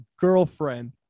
girlfriend